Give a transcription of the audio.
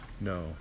No